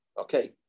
Okay